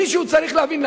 מישהו צריך להבין,